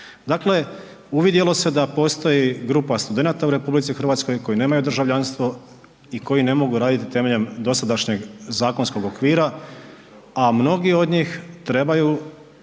Dakle uvidjelo se da postoji grupa studenata u RH koji nemaju državljanstvo i koji ne mogu raditi temeljem dosadašnjeg zakonskog okvira, a mnogi od njih trebaju